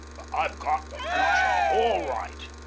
i've got the future all right.